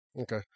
Okay